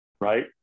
right